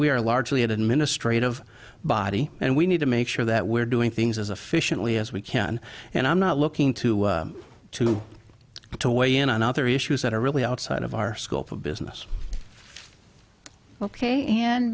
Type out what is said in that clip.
we are largely an administrative body and we need to make sure that we're doing things as efficiently as we can and i'm not looking to too to weigh in on other issues that are really outside of our scope of business ok and